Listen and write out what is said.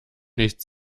nichts